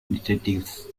detectives